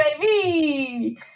baby